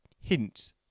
hint